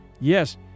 Yes